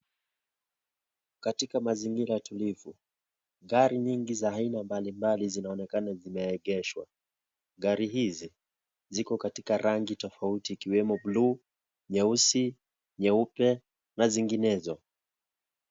Katika mazingira tulivu, gari nyingi za aina mbalimbali zinaonekana zimeegeshwa. Gari hizi, ziko katika rangi tofauti ikiwemo blue , nyeusi, nyeupe na zinginezo.